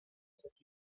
equipos